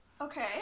Okay